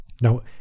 Now